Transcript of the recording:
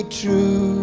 true